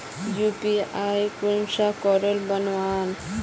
UPI कुंसम करे बनाम?